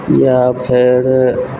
या फेर